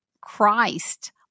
Christ